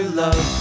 love